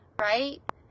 Right